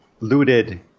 looted